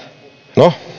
no